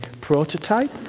prototype